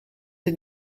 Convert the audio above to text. een